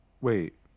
wait